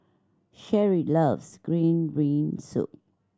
Sherie loves green bean soup